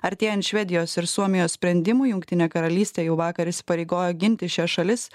artėjant švedijos ir suomijos sprendimui jungtinė karalystė jau vakar įsipareigojo ginti šias šalis